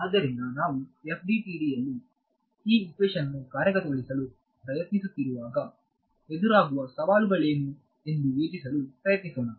ಆದ್ದರಿಂದ ನಾವು FDTDಯಲ್ಲಿ ಈ ಹಿಕ್ವಿಷನ್ ಅನ್ನು ಕಾರ್ಯಗತಗೊಳಿಸಲು ಪ್ರಯತ್ನಿಸುತ್ತಿರುವಾಗ ಎದುರಾಗುವ ಸವಾಲುಗಳೇನು ಎಂದು ಯೋಚಿಸಲು ಪ್ರಯತ್ನಿಸೋಣ